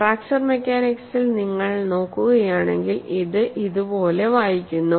fracture മെക്കാനിക്സിൽ നിങ്ങൾ നോക്കുകയാണെങ്കിൽ ഇത് ഇതുപോലെ വായിക്കുന്നു